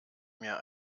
mir